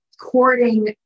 Courting